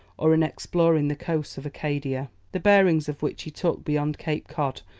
or in exploring the coasts of acadia, the bearings of which he took beyond cape cod,